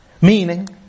Meaning